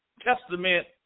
Testament